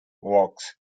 works